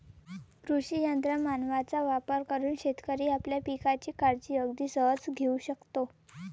कृषी यंत्र मानवांचा वापर करून शेतकरी आपल्या पिकांची काळजी अगदी सहज घेऊ शकतो